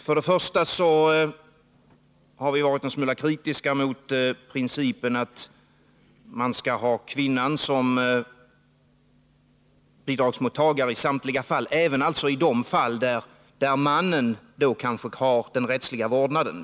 På den första punkten har vi varit en smula kritiska mot principen att man skall ha kvinnan som bidragsmottagare i samtliga fall, alltså även i de fall där mannen har den rättsliga vårdnaden.